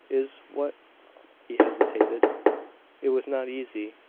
is what he hesitated it was not easy,